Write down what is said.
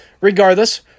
regardless